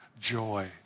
joy